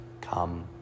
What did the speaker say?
come